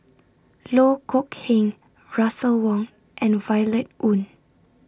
Loh Kok Heng Russel Wong and Violet Oon